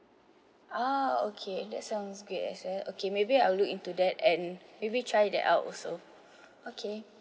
ah okay that sounds great as well okay maybe I'll look into that and maybe try that out also okay